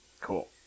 Cool